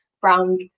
brown